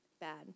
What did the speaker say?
bad